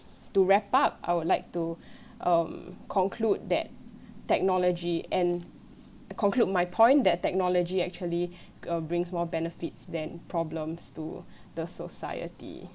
to wrap up I would like to um conclude that technology and conclude my point that technology actually brings more benefits then problems to the society